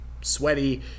sweaty